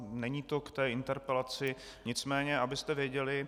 Není to k interpelaci, nicméně abyste věděli.